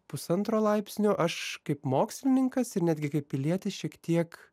pusantro laipsnio aš kaip mokslininkas ir netgi kaip pilietis šiek tiek